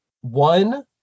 One